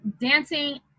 dancing